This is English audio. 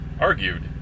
argued